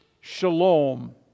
Shalom